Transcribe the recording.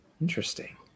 Interesting